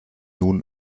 nun